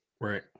right